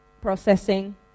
processing